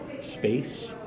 space